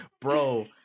Bro